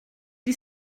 die